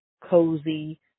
cozy